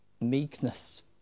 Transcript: meekness